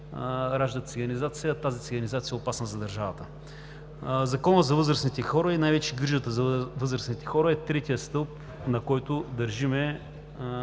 ражда циганизация, а тази циганизация е опасна за държавата. Законът за възрастните хора и най-вече грижата за възрастните хора е третият стълб, на който държим